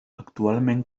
actualment